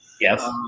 Yes